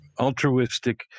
altruistic